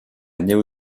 néo